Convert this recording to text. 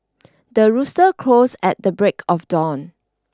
the rooster crows at the break of dawn